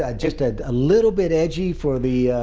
ah just ah a little bit edgy for the,